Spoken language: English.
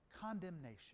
condemnation